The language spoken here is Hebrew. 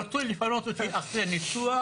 רצו לפנות אותי אחרי ניתוח.